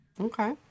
okay